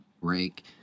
break